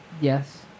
Yes